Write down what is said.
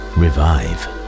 revive